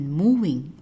moving